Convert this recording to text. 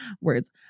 words